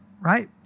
right